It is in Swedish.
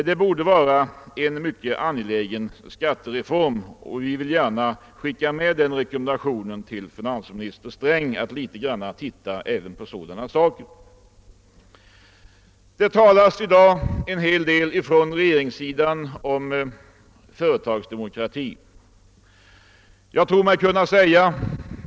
Detta borde vara en mycket angelägen skattereform, och vi vill gärna rekommendera finansminister Sträng att titta även på sådana frågor. Från regeringshåll talas i dag en hel del om företagsdemokrati.